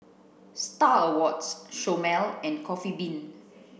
Star Awards Chomel and Coffee Bean